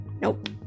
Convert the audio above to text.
nope